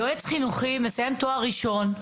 יועץ חינוכי מסיים תואר ראשון,